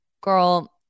Girl